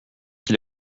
qui